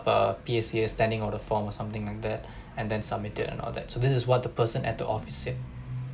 uh P_A_C_A standing order form or something like that and then submit it and all that so this is what the person at the office said